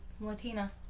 latina